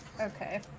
Okay